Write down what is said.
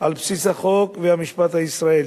על בסיס החוק והמשפט הישראלי.